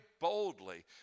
boldly